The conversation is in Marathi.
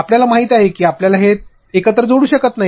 आपणास माहित आहे की आपल्याला ते एकत्र जोडू शकत नाही